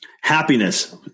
happiness